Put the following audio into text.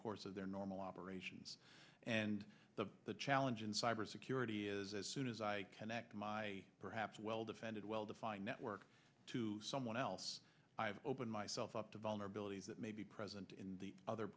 course of their normal operations and the the challenge in cybersecurity is as soon as i connect my perhaps well defended well defined network to someone else i open myself up to vulnerabilities that may be present in the other